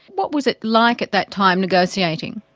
what was it like at that time, negotiating?